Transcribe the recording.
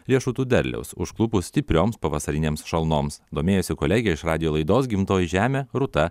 riešutų derliaus užklupus stiprioms pavasarinėms šalnoms domėjosi kolegė iš radijo laidos gimtoji žemė rūta